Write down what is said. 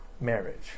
marriage